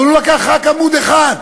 אבל הוא לקח רק עמוד אחד,